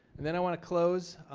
and then i want to close